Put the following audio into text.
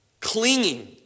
clinging